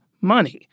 money